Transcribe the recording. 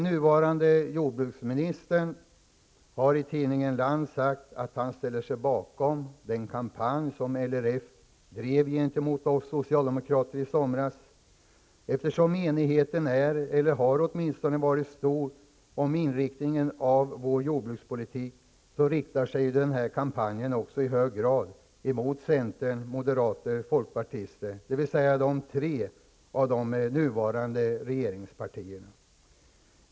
Land sagt att han ställer sig bakom den kampanj som LRF drev gentemot oss socialdemokrater i somras. Eftersom enigheten är, eller åtminstone har varit stor om inriktningen av vår jordbrukspolitik, riktade sig kampanjen också i hög grad mot centern, moderaterna och folkpartiet, dvs. tre av de nuvarande regeringspartierna.